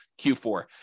Q4